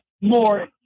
more